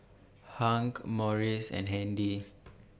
Hank Maurice and Handy